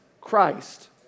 Christ